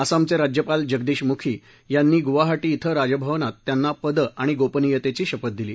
आसामचे राज्यपाल जगदीश मुखी यांनी गुवाहारीी इथं राजभवनात त्यांना पद आणि गोपनियतेची शपथ दिली